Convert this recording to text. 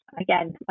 again